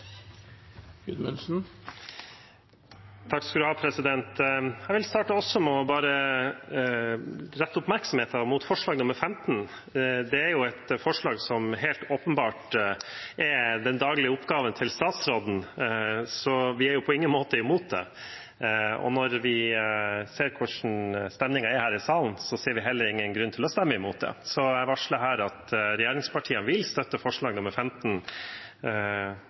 et forslag som helt åpenbart er den daglige oppgaven til statsråden, så vi er på ingen måte imot det, og når vi ser hvordan stemningen er her i salen, ser vi heller ingen grunn til å stemme imot det. Jeg varsler her at regjeringspartiene vil støtte forslag nr. 15.